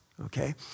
Okay